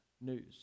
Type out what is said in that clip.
news